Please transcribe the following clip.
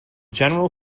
general